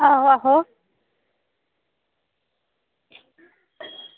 आहो आहो